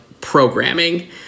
programming